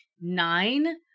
nine